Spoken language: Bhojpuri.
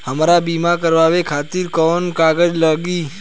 हमरा बीमा करावे खातिर कोवन कागज लागी?